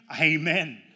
Amen